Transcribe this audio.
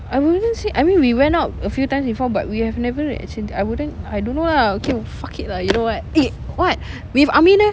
I wouldn't say I mean we went out a few times before but we have never read as in I wouldn't I don't know okay fuck it lah you know what eh what with amin eh